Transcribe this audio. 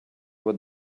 what